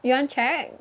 you wannna check